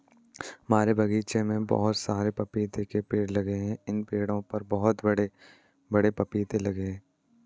हमारे बगीचे में बहुत सारे पपीते के पेड़ लगे हैं इन पेड़ों पर बहुत बड़े बड़े पपीते लगते हैं